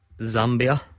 Zambia